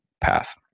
path